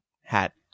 hat